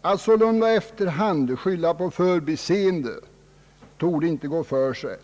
Att sålunda i efterhand skylla på förbiseende torde inte gå för sig.